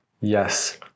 Yes